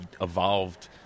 evolved